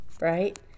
right